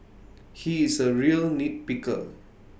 he is A real nitpicker